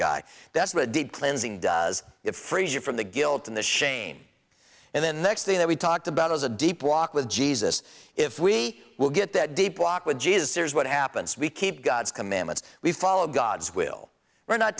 guy that's the deep cleansing does it frees you from the guilt and the shame and the next thing that we talked about was a deep walk with jesus if we will get that deep walk with jesus is what happens we keep god's commandments we follow god's will we're not